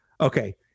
Okay